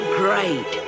great